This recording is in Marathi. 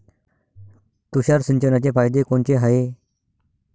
तुषार सिंचनाचे फायदे कोनचे हाये?